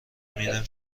میرم